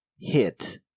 hit